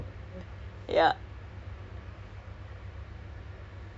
ya can you imagine the amount of people that you have to cut down this is